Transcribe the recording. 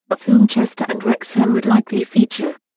of whom chester and wrexham would likely feature.